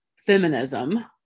Feminism